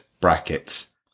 brackets